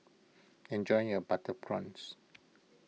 enjoy your Butter Prawns